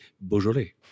Beaujolais